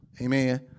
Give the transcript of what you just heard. Amen